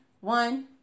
One